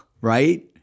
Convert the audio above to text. right